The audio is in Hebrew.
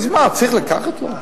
אז מה, צריך לקחת לו?